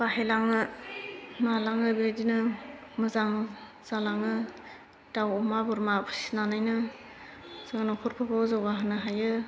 बाहायलाङो मालाङो बेबायदिनो मोजां जालाङो दाउ अमा बोरमा फिसिनानैनो जों न'खरखौबो जौगाहोनो हायो